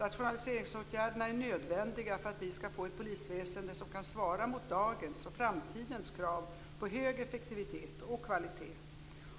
Rationaliseringsåtgärderna är nödvändiga för att vi skall få ett polisväsende som kan svara mot dagens och framtidens krav på hög effektivitet och kvalitet.